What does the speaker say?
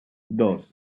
dos